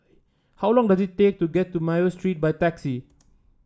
how long does it take to get to Mayo Street by taxi